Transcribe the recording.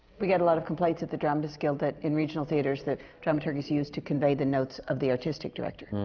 we get a lot of complaints at the dramatists guild that in regional theatres, the dramaturg is used to convey the notes of the artistic director.